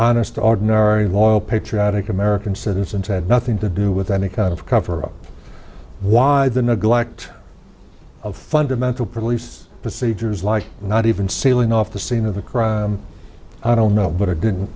honest ordinary wall patriotic american citizens had nothing to do with any kind of cover up why the neglect of fundamental police procedures like not even sealing off the scene of the crime i don't know but it didn't